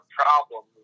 problem